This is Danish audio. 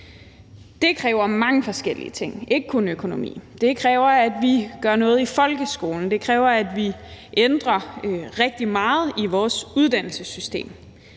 Det kræver mange forskellige ting, ikke kun økonomi. Det kræver, at vi gør noget i folkeskolen. Det kræver, at vi ændrer rigtig meget i vores uddannelsessystem.